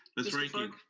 mr. i mean clark.